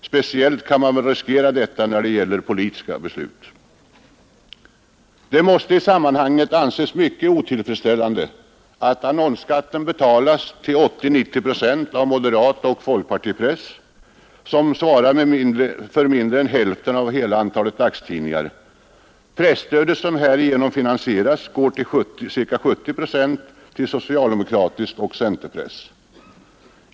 Speciellt torde detta kunna riskeras när det gäller politiska beslut. Det måste i sammanhanget anses mycket otillfredsställande att en annonsskatt betalas till 80—90 procent av moderatoch folkpartipress, som svarar för mindre än hälften av hela antalet dagstidningar. Det presstöd som härigenom finansieras går till ca 70 procent till socialdemokratisk press och centerpress.